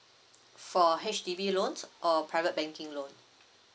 for H_D_B loan or private banking loan